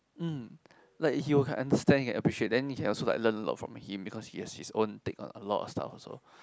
mm like he would had understand and appreciate then he can also like learn a lot from him because he has his own take on a lot of stuff also